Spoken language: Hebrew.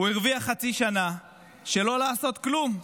הוא הרוויח חצי שנה של לא לעשות כלום.